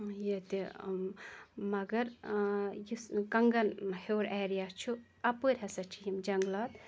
ییٚتہِ مَگر یُس کَنگَن ہیوٚر ایریا چھِ اَپٲرۍ ہَسا چھِ یِم جنٛگلات